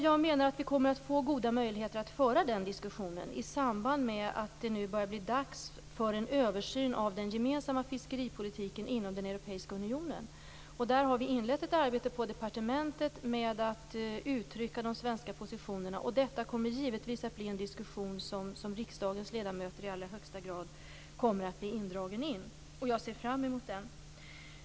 Jag menar att vi kommer att få goda möjligheter att föra den diskussionen i samband med att det nu börjar bli dags för en översyn av den gemensamma fiskeripolitiken inom den europeiska unionen. Vi har inlett ett arbete på departementet med att uttrycka de svenska positionerna. Detta kommer givetvis att bli en diskussion som riksdagens ledamöter i allra högsta grad kommer att bli indragna i. Jag ser fram emot den.